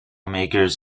makers